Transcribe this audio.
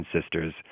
Sisters